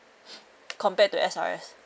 compare to S_R_S